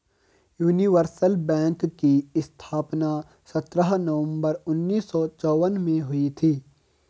universal bank की स्थापना सत्रह नवंबर उन्नीस सौ चौवन में हुई थी